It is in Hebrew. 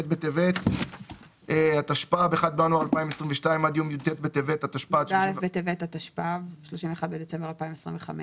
בטבת התשפ"ב (1 בינואר 2022) עד יום י"א בטבת התשפ"ו (31 בדצמבר 2025),